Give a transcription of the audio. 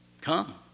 Come